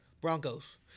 Broncos